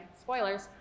spoilers